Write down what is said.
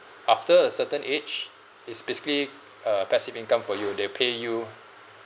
after a certain age is basically a passive income for you they pay you